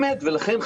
ולכן,